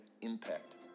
impact